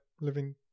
living